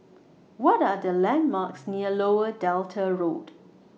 What Are The landmarks near Lower Delta Road